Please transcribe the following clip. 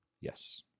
Yes